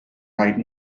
right